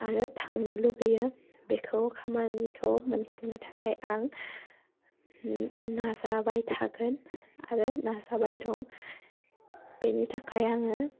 आरो थांनो लुगैयो बेखौ खामानिखौ मोनफुंनो थाखाय आं नाजाबाय थागोन आरो नाजाबाय दं बेनि थाखाय आङो